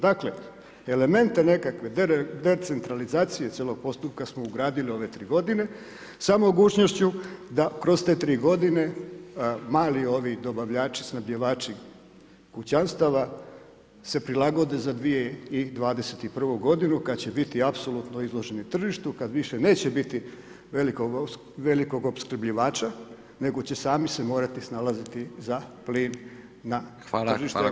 Dakle, elemente nekakve decentralizacije cijelog postupka smo ugradili u ove 3 godine sa mogućnošću da kroz te 3 godine mali dobavljači, snabdjevači kućanstava se prilagode za 2021. godinu kad će biti apsolutno izloženi tržištu, kad više neće biti velikog opskrbljivača nego će sami se morati snalaziti za plin na tržištu EU-a.